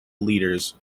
leaders